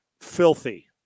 filthy